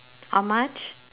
how much